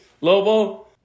Lobo